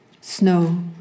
Snow